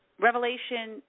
Revelation